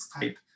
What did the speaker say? type